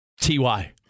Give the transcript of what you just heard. T-Y